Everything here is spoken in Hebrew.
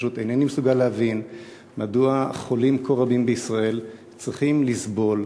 פשוט אינני מסוגל להבין מדוע חולים כה רבים בישראל צריכים לסבול.